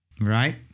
Right